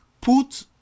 put